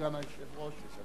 סגן היושב-ראש.